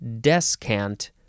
descant